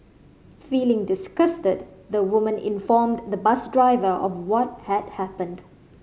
feeling disgusted the woman informed the bus driver of what had happened